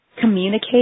communicate